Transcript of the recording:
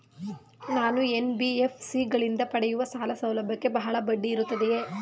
ನಾನು ಎನ್.ಬಿ.ಎಫ್.ಸಿ ಗಳಿಂದ ಪಡೆಯುವ ಸಾಲ ಸೌಲಭ್ಯಕ್ಕೆ ಬಹಳ ಬಡ್ಡಿ ಇರುತ್ತದೆಯೇ?